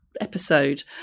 episode